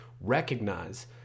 recognize